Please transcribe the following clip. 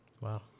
Wow